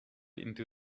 into